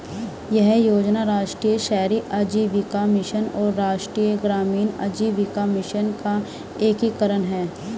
यह योजना राष्ट्रीय शहरी आजीविका मिशन और राष्ट्रीय ग्रामीण आजीविका मिशन का एकीकरण है